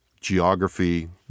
geography